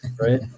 right